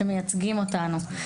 שמייצגים אותנו.